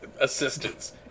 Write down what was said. assistance